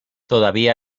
todavía